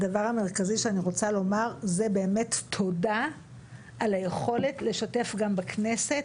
הדבר המרכזי שאני רוצה לומר זה באמת תודה על היכולת לשתף גם בכנסת,